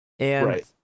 Right